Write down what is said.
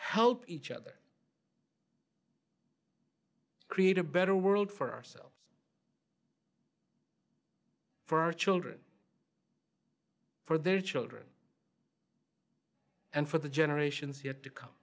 help each other create a better world for ourselves for our children for their children and for the generations yet to come